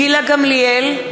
גילה גמליאל,